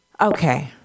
Okay